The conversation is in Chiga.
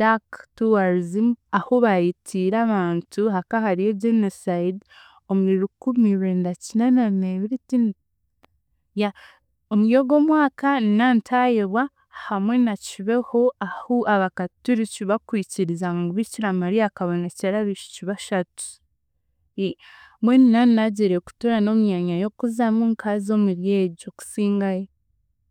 dark tourism ahu baitiire abantu hakaahariyo genocide omuri rukumi rwenda kinaana neebiri tindi yeah omuryogwo omwaka nantaayebwa hamwe na Kibeho ahu Abakaturiki bakwikiriza ngu Biikira Maria akabonekyera abiishiki bashatu mbwenu naanaagiire kutoorana omu myanya y'okuzamu nkaaza omuryegyo okusingayo.